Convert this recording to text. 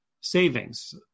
savings